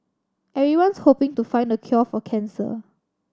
everyone's hoping to find the cure for cancer